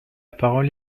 parole